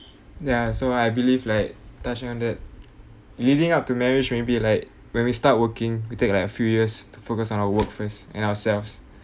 ya so I believe like touching on that leading up to marriage maybe like when we start working we take like a few years to focus on our work first and ourselves